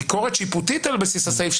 ביקורת שיפוטית על בסיס הסעיף,